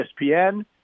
ESPN